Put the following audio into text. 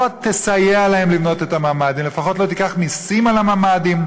לא תסייע להם לבנות את הממ"ד אלא לפחות לא תיקח מסים על הממ"דים,